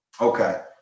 Okay